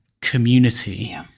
community